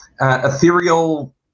ethereal